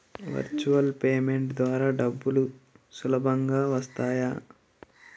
Virtual payment ద్వారా డబ్బులు సులభంగా వస్తాయా?